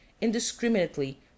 indiscriminately